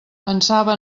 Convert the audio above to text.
pensava